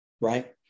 right